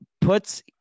puts